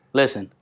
listen